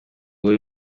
wowe